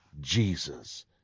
Jesus